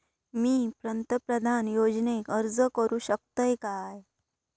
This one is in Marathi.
मी पंतप्रधान योजनेक अर्ज करू शकतय काय?